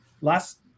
Last